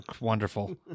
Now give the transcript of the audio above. wonderful